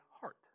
heart